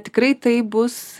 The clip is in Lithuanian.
tikrai tai bus